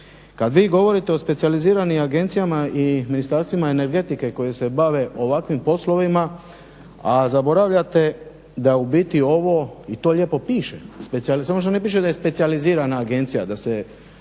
Kada vi govorite o specijaliziranim agencijama i ministarstvima energetike koje se bave ovakvim poslovima, a zaboravljate da u biti ovo i to lijepo piše, samo što ne piše da je specijalizirana agencija da se